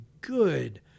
good